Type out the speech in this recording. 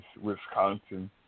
Wisconsin